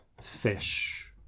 fish